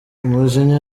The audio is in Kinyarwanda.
umujinya